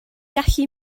gallu